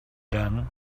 done